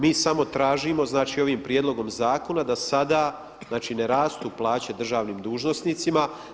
Mi samo tražimo, znači ovim prijedlogom zakona da sada, znači ne rastu plaće državnim dužnosnicima.